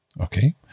Okay